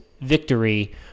victory